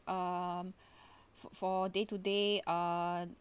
um for for day to day uh